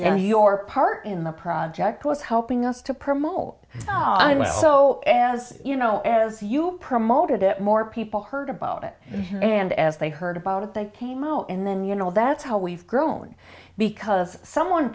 and your part in the project was helping us to promote well so as you know as you promoted it more people heard about it and as they heard about it they came out and then you know that's how we've grown because someone